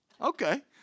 Okay